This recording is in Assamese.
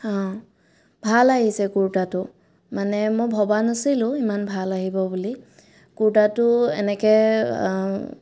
অঁ ভাল আহিছে কুৰ্তাটো মানে মই ভবা নাছিলোঁ ইমান ভাল আহিব বুলি কুৰ্তাটো এনেকৈ